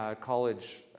college